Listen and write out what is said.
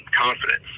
confidence